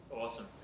Awesome